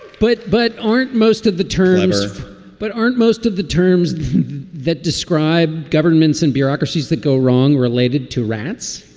but but aren't most of the terms but aren't most of the terms that describe governments and bureaucracies that go wrong related to rats?